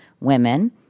women